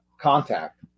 contact